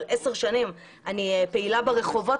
אבל עשר שנים אני פעילה ברחובות,